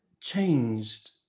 changed